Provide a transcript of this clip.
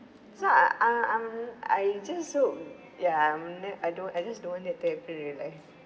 so uh uh I'm I just so ya I'm I don't I just don't want it to happen in real-life